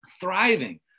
thriving